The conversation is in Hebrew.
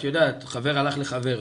את יודעת, חבר הלך לחבר,